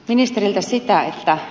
ministeri esittää että